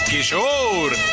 Kishore